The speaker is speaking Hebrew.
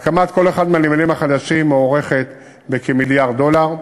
עלות הקמת כל אחד מהנמלים החדשים מוערכת במיליארד דולר.